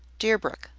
deerbrook,